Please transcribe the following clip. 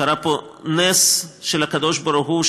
קרה פה נס של הקדוש-ברוך-הוא,